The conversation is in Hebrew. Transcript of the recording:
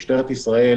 משטרת ישראל